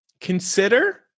Consider